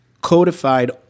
codified